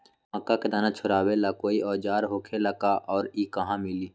मक्का के दाना छोराबेला कोई औजार होखेला का और इ कहा मिली?